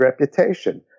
reputation